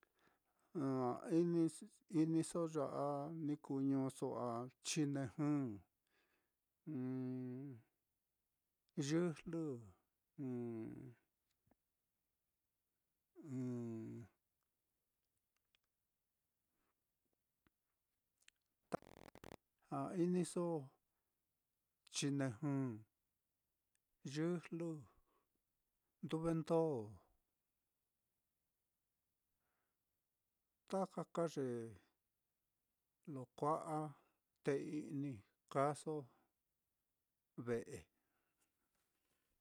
Ah inis-iniso ya á ni kuu ñuuso á, chinejɨ, yɨjlɨ, ɨ́ɨ́n a iniso chinejɨ, yɨjlɨ, nduvendó, taka ka ye lo kua'a té i'ni kaaso ve'e.